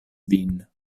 vin